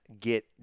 get